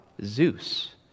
Zeus